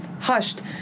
hushed